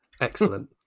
Excellent